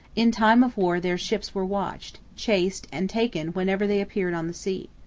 in time of war their ships were watched, chased and taken whenever they appeared on the sea.